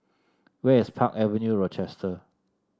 where is Park Avenue Rochester